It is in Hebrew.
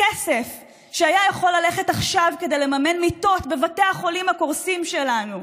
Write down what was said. כסף שהיה יכול ללכת עכשיו כדי לממן מיטות בבתי החולים הקורסים שלנו,